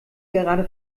gerade